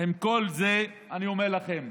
עם כל זה, אני אומר לכם,